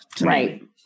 right